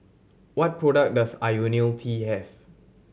what products does Ionil T have